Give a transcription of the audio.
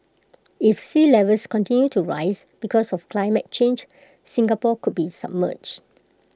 if sea levels continue to rise because of climate change Singapore could be submerged